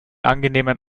angenehmen